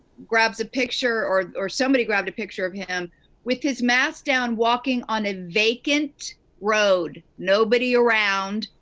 grabs a picture or or somebody grabbed a picture of him with his mask down, walking on a vacant road, nobody around,